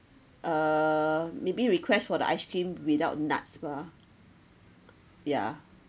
uh maybe request for the ice cream without nuts ah ya